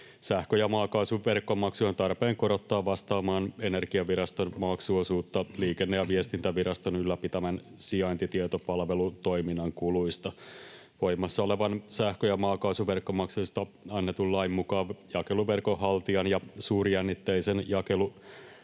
Sähkö‑ ja maakaasuverkkomaksuja on tarpeen korottaa vastaamaan Energiaviraston maksuosuutta Liikenne‑ ja viestintäviraston ylläpitämän sijaintitietopalvelutoiminnan kuluista. Voimassa olevan sähkö‑ ja maakaasuverkkomaksuista annetun lain mukaan jakeluverkon haltijan ja suurjännitteisen jakeluverkon